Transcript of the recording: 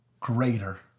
greater